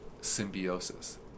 symbiosis